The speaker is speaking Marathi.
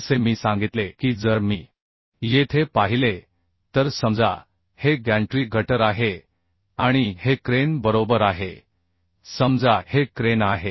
जसे मी सांगितले की जर मी येथे पाहिले तर समजा हे गॅन्ट्री गटर आहे आणि हे क्रेन बरोबर आहे समजा हे क्रेन आहे